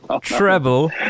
treble